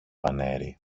πανέρι